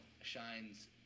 shines